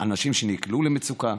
אנשים שנקלעו למצוקה.